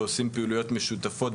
ועושים פעילויות משותפות,